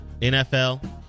NFL